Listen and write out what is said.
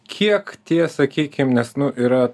kiek tie sakykim nes nu yra